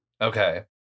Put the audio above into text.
Okay